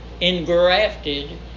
engrafted